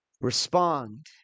respond